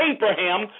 Abraham